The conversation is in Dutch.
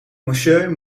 monsieur